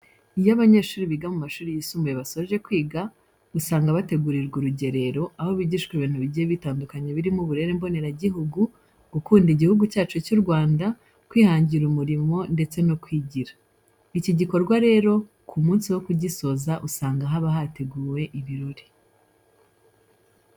Iyo abanyeshuri biga mu mashuri yisumbuye basoje kwiga, usanga bategurirwa urugerero aho bigishwamo ibintu bigiye bitandukanye birimo uburere mboneragihugu, gukunda Igihugu cyacu cy'u Rwanda, kwihangira umurimo ndetse no kwigira. Iki gikorwa rero, ku munsi wo kugisoza usanga haba hateguwe ibirori.